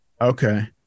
Okay